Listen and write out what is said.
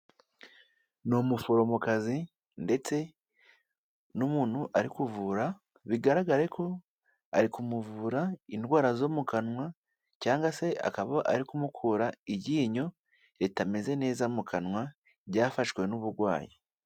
Ni umuforomokazi ndetse n'umuntu ari kuvura bigaragare ko ari kumuvura indwara zo mu kanwa cyangwa se akaba ari kumukura iryinyo ritameze neza mu kanwa ryafashwe n'uburwayi.